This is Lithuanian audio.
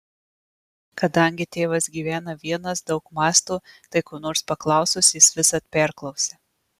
kadangi tėvas gyvena vienas daug mąsto tai ko nors paklausus jis visad perklausia